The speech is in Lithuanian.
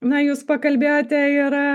na jūs pakalbėjote ir